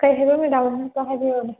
ꯀꯔꯤ ꯍꯥꯏꯕ ꯃꯦꯗꯥꯝ ꯑꯃꯨꯛꯀ ꯍꯥꯏꯕꯤꯎꯅꯦ